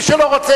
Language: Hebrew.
מי שלא רוצה,